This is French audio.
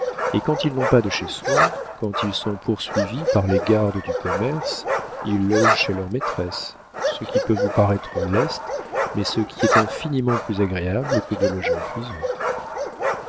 et quand ils n'ont pas de chez soi quand ils sont poursuivis par les gardes du commerce ils logent chez leurs maîtresses ce qui peut vous paraître leste mais ce qui est infiniment plus agréable que de loger en prison